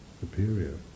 superior